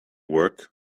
work